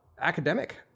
academic